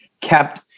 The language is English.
kept